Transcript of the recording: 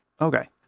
Okay